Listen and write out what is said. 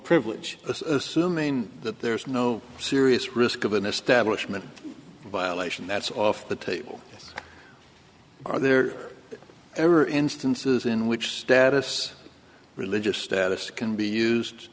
privilege assuming that there is no serious risk of an establishment violation that's off the table are there ever instances in which status religious status can be used